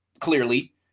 clearly